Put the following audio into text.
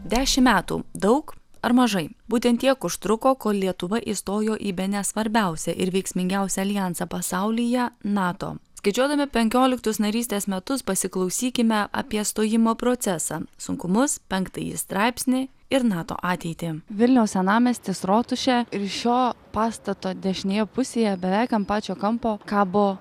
dešim metų daug ar mažai būtent tiek užtruko kol lietuva įstojo į bene svarbiausią ir veiksmingiausią aljansą pasaulyje nato skaičiuodami penkioliktus narystės metus pasiklausykime apie stojimo procesą sunkumus penktąjį straipsnį ir nato ateitį vilniaus senamiestis rotušė ir šio pastato dešinėje pusėje beveik ant pačio kampo kabo